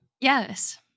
Yes